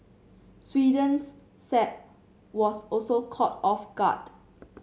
Sweden's Saab was also caught off guard